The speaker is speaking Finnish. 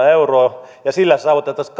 euroa ja sillä saavutettaisiin